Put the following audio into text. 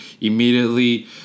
immediately